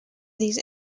these